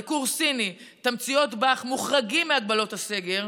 דיקור סיני, תמציות באך, מוחרגים מהגבלות הסגר,